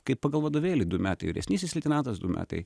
kaip pagal vadovėlį du metai vyresnysis leitenantas du metai